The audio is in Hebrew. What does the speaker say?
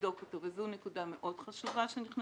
וזו נקודה מאוד חשובה שנכנסה כאן.